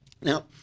now